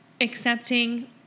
accepting